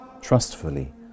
trustfully